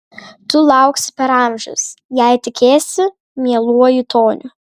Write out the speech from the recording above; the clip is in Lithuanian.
tu lauksi per amžius jei tikėsi mieluoju toniu